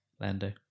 Lando